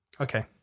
Okay